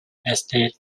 estate